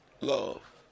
love